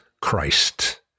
Christ